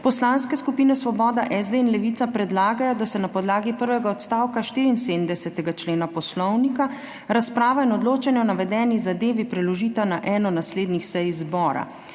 poslanske skupine Svoboda, SD in Levica predlagajo, da se na podlagi prvega odstavka 74. člena Poslovnika razprava in odločanje o navedeni zadevi preložita na eno od naslednjih sej zbora.